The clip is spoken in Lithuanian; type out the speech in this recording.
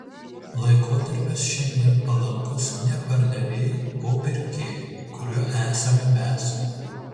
laikotarpis šiandien palankus ne pardavėjui o pirkėjui kuriuo esame mes